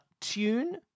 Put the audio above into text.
Tune